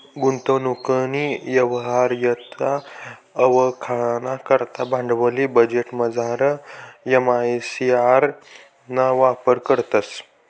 गुंतवणूकनी यवहार्यता वयखाना करता भांडवली बजेटमझार एम.आय.सी.आर ना वापर करतंस